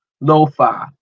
Lo-Fi